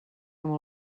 amb